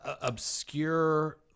obscure